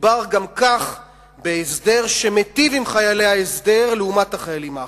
מדובר גם כך בהסדר שמטיב עם חיילי ההסדר לעומת החיילים האחרים.